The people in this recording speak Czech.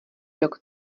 rok